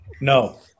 No